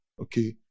okay